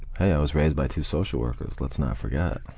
hey, i was raised by two social workers, let's not forget.